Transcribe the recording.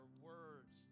words